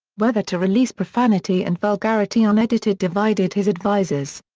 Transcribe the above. whether to release profanity and vulgarity unedited divided his advisers.